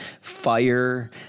fire